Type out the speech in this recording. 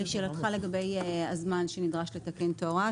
לשאלתך לגבי הזמן הנדרש לתקן את ההוראה,